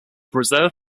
preserve